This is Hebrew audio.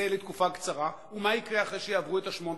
זה לתקופה קצרה, ומה יקרה אחרי שיעברו את ה-8,000?